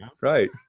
right